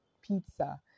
pizza